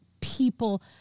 people